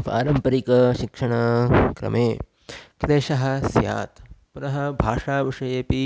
पारम्परिकशिक्षणक्रमे क्लेशः स्यात् पुनः भाषाविषयेऽपि